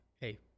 Hey